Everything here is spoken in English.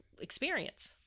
experience